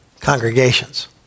congregations